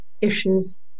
issues